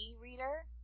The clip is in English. Reader